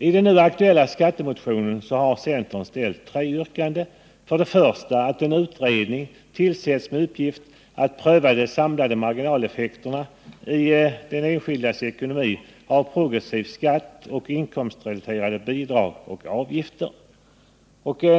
I den nu aktuella skattemotionen har centern ställt tre yrkanden: För det första kräver vi att en utredning tillsätts med uppgift att pröva de samlade marginaleffekterna i den enskildes ekonomi av progressiv skatt och inkomstrelaterade bidrag och avgifter.